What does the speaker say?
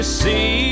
see